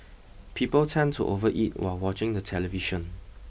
people tend to overeat while watching the television